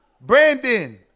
Brandon